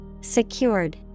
Secured